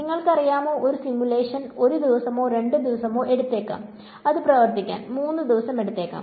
നിങ്ങൾക്കറിയാമോ ഒരു സിമുലേഷൻ 1 ദിവസമോ 2 ദിവസമോ എടുത്തേക്കാം അത് പ്രവർത്തിക്കാൻ 3 ദിവസമെടുത്തേക്കാം